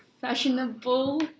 fashionable